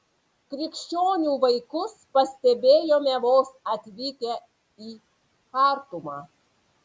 krikščionių vaikus pastebėjome vos atvykę į chartumą